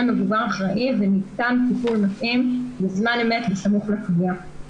מבוגר אחראי וניתן טיפול מתאים בזמן אמת בסמוך לפגיעה.